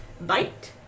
bite